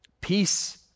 Peace